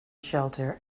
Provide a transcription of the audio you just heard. shelter